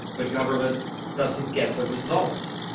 but government doesn't get the results.